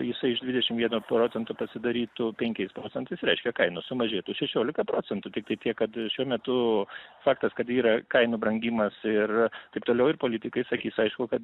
jisai iš dvidešim vieno procento sudarytų penkiais procentais reiškia kainos sumažėtų šešiolika procentų tiktai tiek kad šiuo metu faktas kad yra kainų brangimas ir taip toliau ir politikai sakys aišku kad